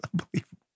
unbelievable